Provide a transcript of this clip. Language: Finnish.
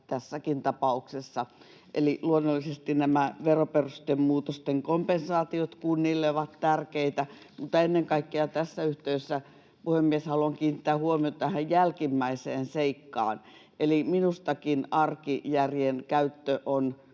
tässäkin tapauksessa. Luonnollisesti nämä veroperustemuutosten kompensaatiot kunnille ovat tärkeitä, mutta ennen kaikkea tässä yhteydessä, puhemies, haluan kiinnittää huomiota tähän jälkimmäiseen seikkaan, eli minustakin arkijärjen käyttö on